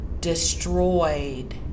destroyed